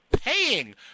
paying